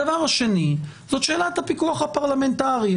הדבר השני זאת שאלת הפיקוח הפרלמנטרי.